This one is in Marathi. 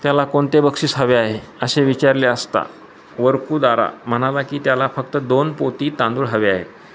त्याला कोणते बक्षीस हवे आहे असे विचारले असता वरकूदारा म्हणाला की त्याला फक्त दोन पोती तांदूळ हवे आहे